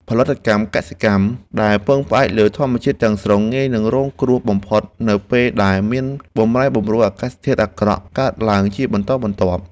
ផលិតកម្មកសិកម្មដែលពឹងផ្អែកលើធម្មជាតិទាំងស្រុងងាយនឹងរងគ្រោះបំផុតនៅពេលដែលមានបម្រែបម្រួលអាកាសធាតុអាក្រក់ កើតឡើងជាបន្តបន្ទាប់។